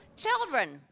Children